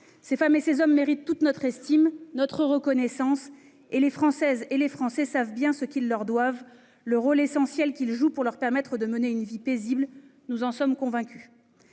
Ces femmes et ces hommes méritent toute notre estime, toute notre reconnaissance. Les Françaises et les Français savent bien ce qu'ils leur doivent. Ils savent le rôle essentiel que jouent les forces de l'ordre pour leur permettre de mener une vie paisible : nous en sommes convaincus.